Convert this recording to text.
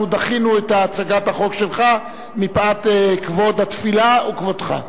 אנחנו דחינו את הצעת החוק שלך מפאת כבוד התפילה וכבודך.